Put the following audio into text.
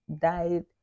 died